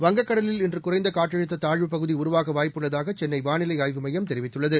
வங்கக்கடலில் இன்று குறைந்த காற்றழுத்த தாழ்வுப் பகுதி உருவாக வாய்ப்புள்ளதாக சென்னை வானிலை ஆய்வு மையம் தெரிவித்துள்ளது